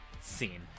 scene